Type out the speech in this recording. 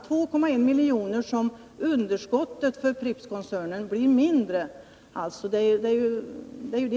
Det är så mycket som underskottet för Prippskoncernen blir mindre.